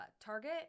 target